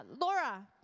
Laura